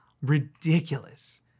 Ridiculous